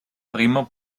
primo